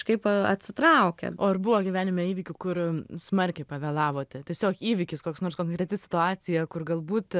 kažkaip atsitraukė o ar buvo gyvenime įvykių kur smarkiai pavėlavote tiesiog įvykis koks nors konkreti situacija kur galbūt